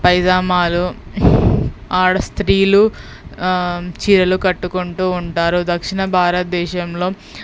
పైజామాలు ఆడ స్త్రీలు చీరలు కట్టుకుంటూ ఉంటారు దక్షిణ భారత దేశంలో